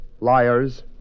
liars